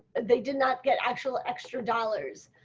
they did not get actual extra dollars.